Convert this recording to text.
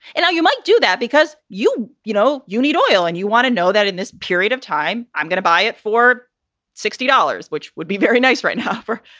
and you might do that because, you you know, you need oil and you want to know that in this period of time, i'm going to buy it for sixty dollars, which would be very nice. right. and however,